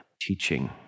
teaching